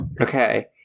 Okay